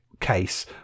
case